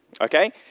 okay